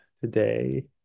today